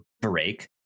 break